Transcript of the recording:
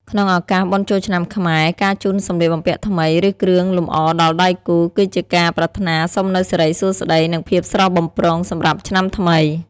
ក្នុងឱកាសបុណ្យចូលឆ្នាំខ្មែរ ការជូនសម្លៀកបំពាក់ថ្មី ឬគ្រឿងលម្អដល់ដៃគូ គឺជាការប្រាថ្នាសុំនូវសិរីសួស្ដី និងភាពស្រស់បំព្រងសម្រាប់ឆ្នាំថ្មី។